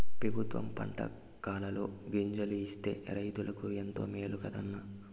పెబుత్వం పంటకాలంలో గింజలు ఇస్తే రైతులకు ఎంతో మేలు కదా అన్న